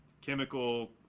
chemical